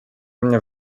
mnie